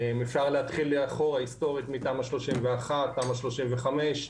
אפשר להתחיל לאחור, ההיסטורית מתמ"א 31, תמ"א 35,